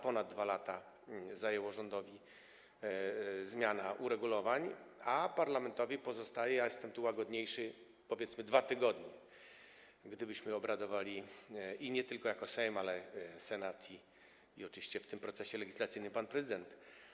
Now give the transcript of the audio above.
Ponad 2 lata zajęła rządowi zmiana uregulowań, a parlamentowi pozostają, jestem tu łagodniejszy, powiedzmy 2 tygodnie, gdybyśmy obradowali nie tylko jako Sejm, lecz także Senat, i oczywiście w tym procesie legislacyjnym jest pan prezydent.